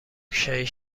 شهید